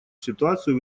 ситуацию